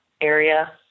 area